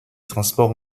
transports